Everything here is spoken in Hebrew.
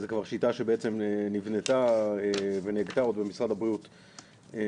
זה כבר שיטה שנבנתה ונהגתה עוד במשרד הבריאות מזמן,